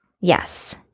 yes